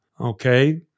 okay